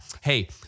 Hey